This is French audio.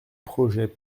projets